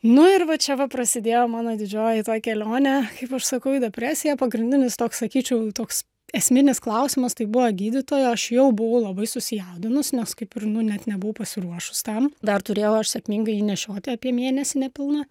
nu ir va čia va prasidėjo mano didžioji tuo kelionė kaip aš sakau į depresiją pagrindinis toks sakyčiau toks esminis klausimas tai buvo gydytojo aš jau buvau labai susijaudinusi nes kaip ir nu net nebuvau pasiruošus tam dar turėjau aš sėkmingai jį nešioti apie mėnesį nepilną